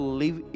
live